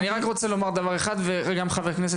אני רק רוצה לומר דבר אחד וגם חבר הכנסת